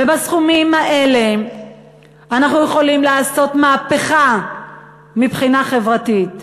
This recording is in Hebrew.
ובסכומים האלה אנחנו יכולים לעשות מהפכה מבחינה חברתית,